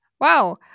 Wow